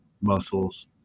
muscles